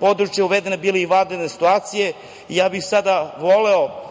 područja bile uvedene i vanredne situacije. Ja bih sada voleo,